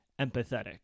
empathetic